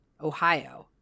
Ohio